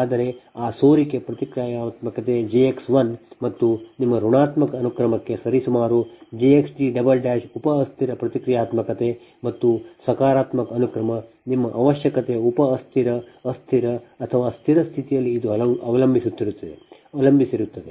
ಆದರೆ ಆ ಸೋರಿಕೆ ಪ್ರತಿಕ್ರಿಯಾತ್ಮಕತೆ jX l ಮತ್ತು ನಿಮ್ಮ ಋಣಾತ್ಮಕ ಅನುಕ್ರಮಕ್ಕೆ ಸರಿಸುಮಾರು jXd ಉಪ ಅಸ್ಥಿರ ಪ್ರತಿಕ್ರಿಯಾತ್ಮಕತೆ ಮತ್ತು ಸಕಾರಾತ್ಮಕ ಅನುಕ್ರಮ ನಿಮ್ಮ ಅವಶ್ಯಕತೆಯ ಉಪ ಅಸ್ಥಿರ ಅಸ್ಥಿರ ಅಥವಾ ಸ್ಥಿರ ಸ್ಥಿತಿಯಲ್ಲಿ ಇದು ಅವಲಂಬಿಸಿರುತ್ತದೆ